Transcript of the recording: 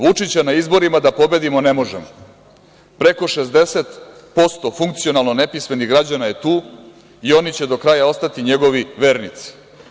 Vučića na izborima da pobedimo ne možemo, preko 60% funkcionalno nepsimenih građana je tu i oni će do kraja ostati njegovi vernici.